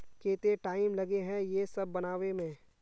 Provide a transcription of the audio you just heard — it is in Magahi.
केते टाइम लगे है ये सब बनावे में?